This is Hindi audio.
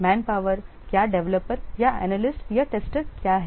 मैन पावर क्या डेवलपर्स या एनालिस्ट या टेस्टर क्या है